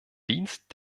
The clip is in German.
dienst